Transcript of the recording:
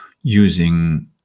using